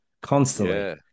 constantly